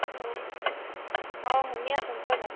hello অঁ শুনি আছোঁ কৈ যাওক